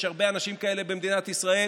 יש הרבה אנשים כאלה במדינת ישראל,